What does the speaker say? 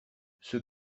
ceux